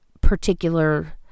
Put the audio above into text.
particular